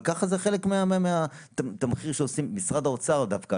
זה חלק מהתמחיר שעושים משרד האוצר דווקא,